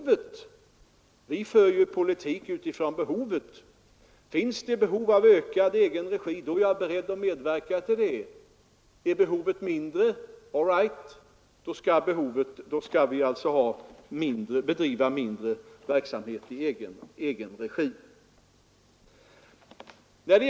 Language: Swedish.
Vi för ju politik utifrån behovet; finns det behov av ökad verksamhet i egen regi är jag beredd att medverka till den, är behovet mindre kan vi också minska verksamheten i egen regi.